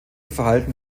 verhalten